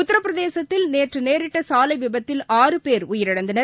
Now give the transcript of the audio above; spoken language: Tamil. உத்திரபிரதேசத்தில் நேற்றநேரிட்டசாலைவிபத்தில் ஆறு பேர் உயிரிழந்தனர்